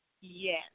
Yes